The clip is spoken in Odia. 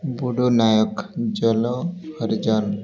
ବୁଡ଼ୁ ନାୟକ ଜଲ ହରିଜନ